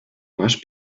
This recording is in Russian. ваш